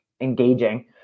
engaging